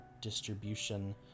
distribution